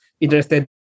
interested